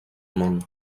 món